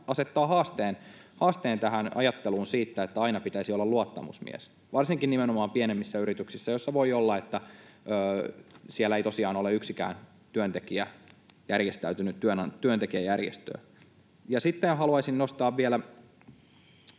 asettaa haasteen tähän ajatteluun siitä, että aina pitäisi olla luottamusmies, varsinkin nimenomaan pienemmissä yrityksissä, joissa voi olla niin, että siellä ei tosiaan ole yksikään työntekijä järjestäytynyt työntekijäjärjestöön. Ja sitten haluaisin nostaa vielä...